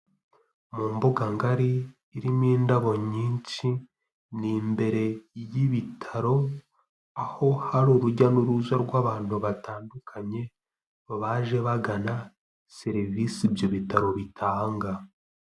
Mu mbuga ngari irimo indabo nyinshi, ni mbere y'ibitaro aho hari urujya n'uruza rw'abantu batandukanye, baje bagana serivisi ibyo bitaro bitanga.